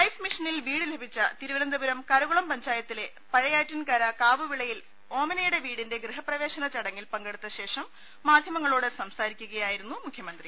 life മിഷനിൽ വീട് ലഭിച്ച തിരുവനന്തപുരം കരകുളം പഞ്ചായത്തില്ലെ പഴയാറ്റിൻകര കാവുവിളയിൽ ഓമനയുടെ വീടിന്റെ ഗൃഹ്യപ്രവേശന ചടങ്ങിൽ പങ്കെടുത്ത ശേഷം മാധ്യമങ്ങ ളോട് സംസാരിക്കുകയായിരുന്നു മുഖ്യമന്ത്രി